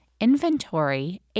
inventory